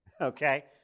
okay